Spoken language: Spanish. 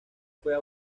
fue